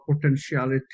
potentiality